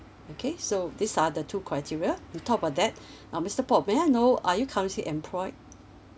okay so these are the two criteria the top of that um mister paul may I know are you currently employed